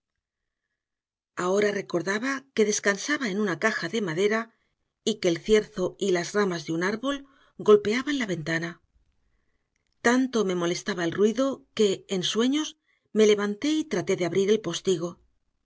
ahora recordaba que descansaba en una caja de madera y que el cierzo y las ramas de un árbol golpeaban la ventana tanto me molestaba el ruido que en sueños me levanté y traté de abrir el postigo